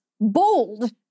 bold